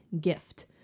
gift